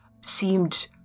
seemed